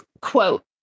quote